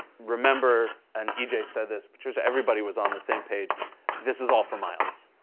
remember an e j. said this. patricia, everybody was on the same page this is all for miles.